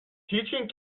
teaching